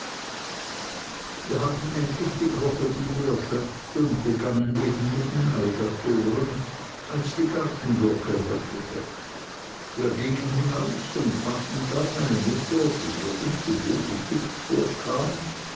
wir hatten endlich die krokodile erschöpft und begannen eben mit den alligatoren als die gartenglocke läutete wir gingen hinaus und fanden da meine mutter die mir ungewöhnlich hübsch vorkam